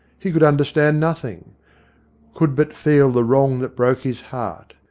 he could understand nothing could but feel the wrong that broke his heart.